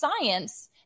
science